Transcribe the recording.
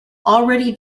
already